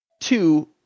two